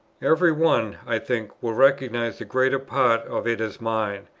every one, i think, will recognize the greater part of it as mine.